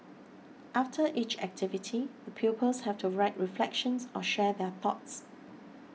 after each activity the pupils have to write reflections or share their thoughts